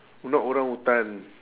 not orangutan